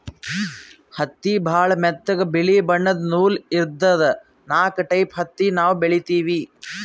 ಹತ್ತಿ ಭಾಳ್ ಮೆತ್ತಗ ಬಿಳಿ ಬಣ್ಣದ್ ನೂಲ್ ಇರ್ತದ ನಾಕ್ ಟೈಪ್ ಹತ್ತಿ ನಾವ್ ಬೆಳಿತೀವಿ